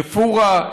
אל-פורעה,